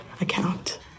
account